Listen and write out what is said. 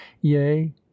Yea